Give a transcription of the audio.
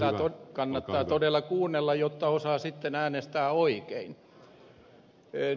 kannattaa todella kuunnella jotta osaa sitten äänestää oikein